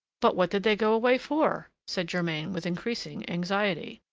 but what did they go away for? said germain, with increasing anxiety.